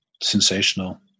sensational